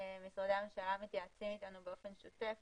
משרדי הממשלה מתייעצים אתנו באופן שוטף